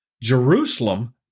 Jerusalem